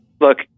Look